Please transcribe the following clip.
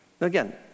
Again